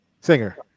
singer